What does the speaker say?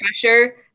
pressure